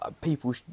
people